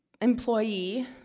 employee